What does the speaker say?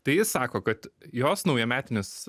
tai sako kad jos naujametinis